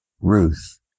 Ruth